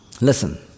Listen